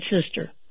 sister